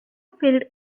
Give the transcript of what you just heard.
filled